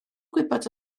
gwybod